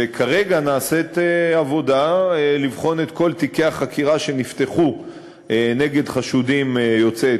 וכרגע נעשית עבודה לבחון את כל תיקי החקירה שנפתחו נגד חשודים יוצאי